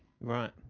Right